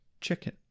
chicken